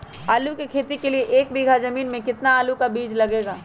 आलू की खेती के लिए एक बीघा जमीन में कितना आलू का बीज लगेगा?